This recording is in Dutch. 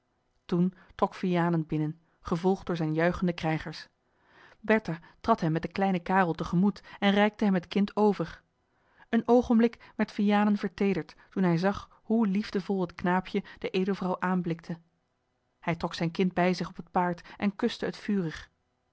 toen trok vianen binnen gevolgd door zijne juichende krijgers bertha trad hem met den kleinen karel tegemoet en reikte hem het kind over een oogenblik werd vianen verteederd toen hij zag hoe liefdevol het knaapje de edelvrouw aanblikte hij trok zijn kind bij zich op het paard en kuste het vurig